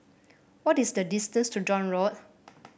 what is the distance to John Road